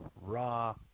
raw